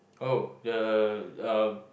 oh the uh